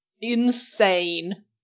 insane